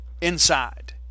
inside